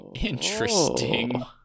Interesting